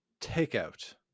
takeout